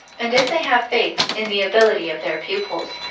and if they have faith in the ability of their pupils,